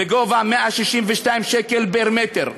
בגובה 162 שקל פר-מ"ק.